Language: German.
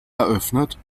eröffnet